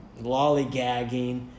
lollygagging